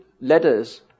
letters